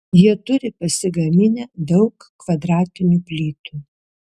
jie turi pasigaminę daug kvadratinių plytų